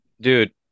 dude